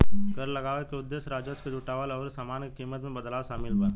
कर लगावे के उदेश्य राजस्व के जुटावल अउरी सामान के कीमत में बदलाव शामिल बा